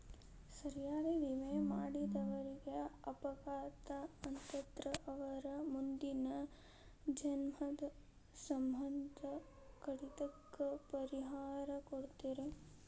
ಸರಿಯಾಗಿ ವಿಮೆ ಮಾಡಿದವರೇಗ ಅಪಘಾತ ಆತಂದ್ರ ಅವರ್ ಮುಂದಿನ ಜೇವ್ನದ್ ಸಮ್ಮಂದ ಕಡಿತಕ್ಕ ಪರಿಹಾರಾ ಕೊಡ್ತಾರ್